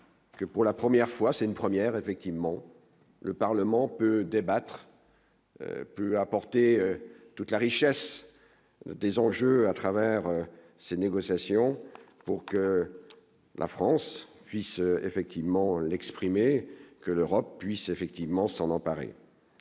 que pour la première fois, c'est une première effectivement le Parlement peut débattre. Peut apporter toute la richesse des enjeux à travers ces négociations pour que la France puisse effectivement l'exprimer que l'Europe puisse effectivement s'en emparer,